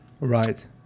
Right